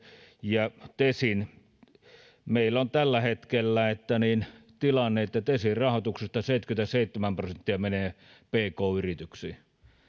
ja tekesistä meillä on tällä hetkellä tilanne että tekesin rahoituksesta seitsemänkymmentäseitsemän prosenttia menee pk yrityksiin